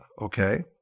okay